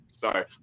sorry